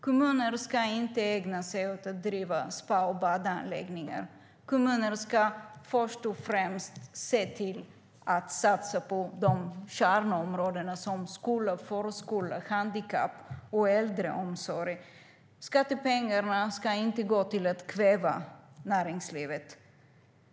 Kommuner ska inte ägna sig åt att driva spa och badanläggningar, utan kommuner ska först och främst satsa på kärnområdena - skola, förskola, handikapp och äldreomsorg. Skattepengarna ska inte gå till att kväva näringslivet.